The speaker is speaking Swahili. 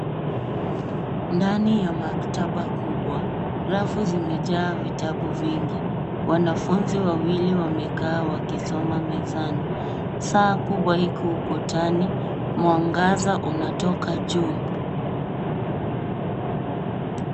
Ndani ya maktaba kubwa, rafu zimejaa vitabu vingi. Wanafunzi wawili wamekaa wakisoma mezani. Saa kubwa iko ukutani. Mwangaza unatoka juu.